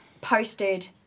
posted